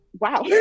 wow